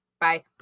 bye